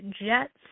Jets